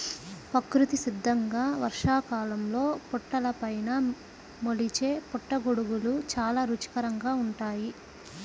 ప్రకృతి సిద్ధంగా వర్షాకాలంలో పుట్టలపైన మొలిచే పుట్టగొడుగులు చాలా రుచికరంగా ఉంటాయి